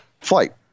flight